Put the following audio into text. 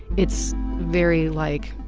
it's very like